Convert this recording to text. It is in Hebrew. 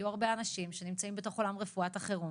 לעניין הכרה בלימודי תעודה,